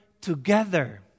together